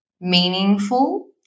meaningful